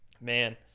Man